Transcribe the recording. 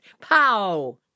pow